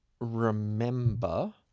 remember